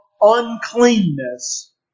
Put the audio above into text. uncleanness